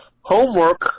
homework